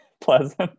pleasant